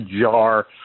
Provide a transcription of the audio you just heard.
jar